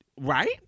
Right